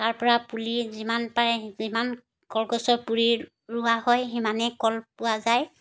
তাৰ পৰা পুলি যিমান পাৰে যিমান কলগছৰ পুৰি ৰোৱা হয় সিমানেই কল পোৱা যায়